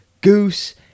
Goose